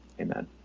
Amen